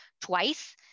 twice